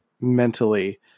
mentally